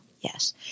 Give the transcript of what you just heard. Yes